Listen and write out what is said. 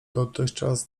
dotychczas